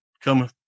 come